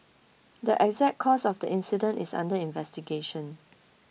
the exact cause of the incident is under investigation